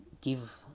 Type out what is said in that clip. Give